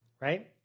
right